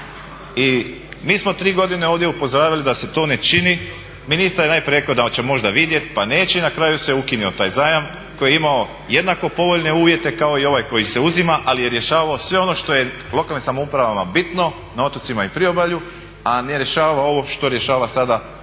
i mi smo tri godine ovdje upozoravali da se to ne čini. Ministar je najprije rekao da će možda vidjeti, pa neće i na kraju se ukinuo taj zajam koji je imao jednako povoljne uvjete kao i ovaj koji se uzima, ali je rješavao sve ono što je lokalnim samoupravama bitno na otocima i priobalju, a ne rješava ovo što rješava sada ovaj